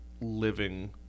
living